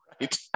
Right